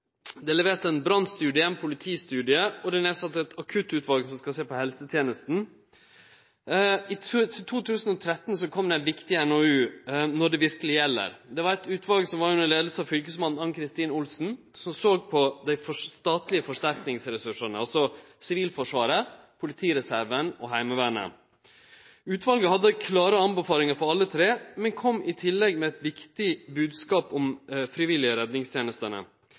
Det er levert ein brannstudie, ein politistudie, og det er sett ned eit akuttutval som skal sjå på helsetenesta. I 2013 kom det ein viktig NOU, «Når det virkelig gjelder …». Det var eit utval, under leiing av fylkesmann Ann-Kristin Olsen, som såg på dei statlege forsterkingsressursane, altså Sivilforsvaret, politireserven og Heimevernet. Utvalet hadde klare anbefalingar for alle tre, men kom i tillegg med ein viktig bodskap om dei frivillige redningstenestene.